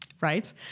right